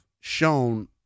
shown